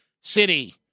city